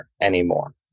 anymore